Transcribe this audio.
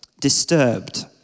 disturbed